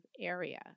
area